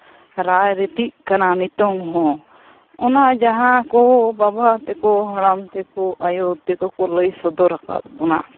ᱨᱟᱭᱨᱤᱛᱤᱜ ᱠᱟᱱᱟ ᱱᱤᱛᱚᱜ ᱦᱚᱸ ᱚᱱᱟ ᱡᱟᱦᱟᱸ ᱠᱚ ᱵᱟᱵᱟ ᱛᱮᱠᱚ ᱦᱟᱲᱟᱢ ᱛᱮᱠᱚ ᱟᱹᱭᱩ ᱛᱟᱠᱚ ᱠᱚ ᱞᱟᱹᱭ ᱥᱚᱫᱚᱨ ᱟᱠᱟᱫ ᱵᱚᱱᱟ